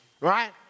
Right